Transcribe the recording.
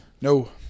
No